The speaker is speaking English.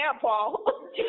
paul